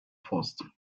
first